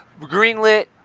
greenlit